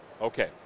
Okay